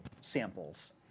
samples